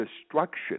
destruction